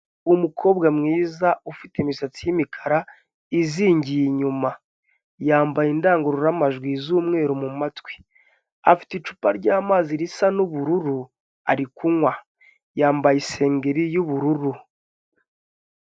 Umukobwa mwiza ufite imisatsi y'imikara izingiye inyuma, yambaye indangururamajwi z'umweru mumatwi, afite icupa ryamazi risa n'ubururu ari kunywa, yambaye isengeri y'ubururu.